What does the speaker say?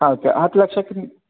ಹಾಂ ಓಕೆ ಹತ್ತು ಲಕ್ಷಕ್ಕೆ ನಿಮ್ಮ